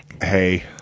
Hey